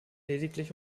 lediglich